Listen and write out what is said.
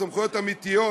סמכויות אמיתיות,